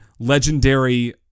legendary